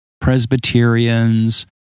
Presbyterians